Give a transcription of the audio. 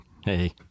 Hey